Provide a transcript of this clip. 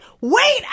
wait